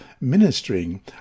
ministering